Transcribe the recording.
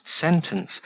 sentence